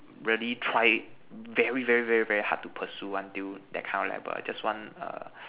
really try very very very very hard to pursue until that kind of level I just want err